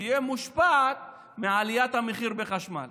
שתהיה מושפעת מעליית המחיר בחשמל.